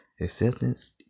acceptance